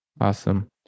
awesome